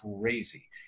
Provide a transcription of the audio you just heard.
crazy